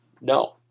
no